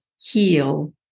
heal